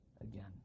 again